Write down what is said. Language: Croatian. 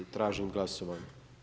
Tražim glasovanje.